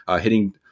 hitting